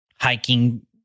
hiking